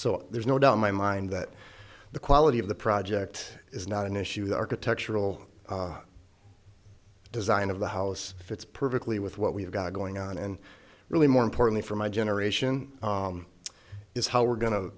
so there's no doubt in my mind that the quality of the project is not an issue the architectural design of the house fits perfectly with what we've got going on and really more important for my generation is how we're going to